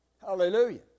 Hallelujah